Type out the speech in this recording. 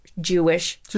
Jewish